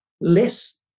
less